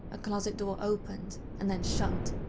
a closet door opened, and then shut,